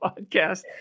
podcast